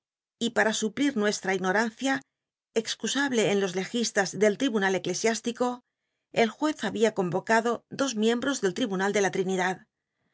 y para suplir nuesll'a ígnorancia excusable en los lejistas del tribunal eclcsiiístico el juez babia convocado dos m cmbros del tl'ibunal de la trinidad